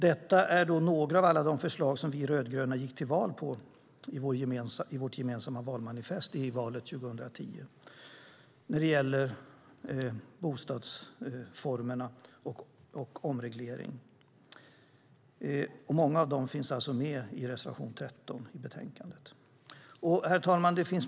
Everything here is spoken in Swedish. Det är några av alla de förslag som vi rödgröna gick till val på i vårt gemensamma valmanifest i valet 2010 när det gäller boendeformer och omreglering, och många av dem finns alltså med i reservation 13 i betänkandet. Herr talman!